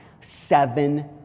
seven